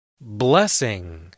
blessing